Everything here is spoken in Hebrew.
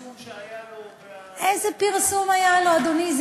עם הפרסום שהיה לו, איזה פרסום היה לו, אדוני?